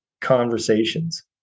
conversations